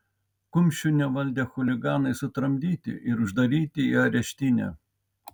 kumščių nevaldę chuliganai sutramdyti ir uždaryti į areštinę